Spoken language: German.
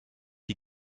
die